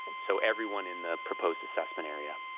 and so everyone in the proposed assessment area.